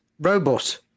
Robot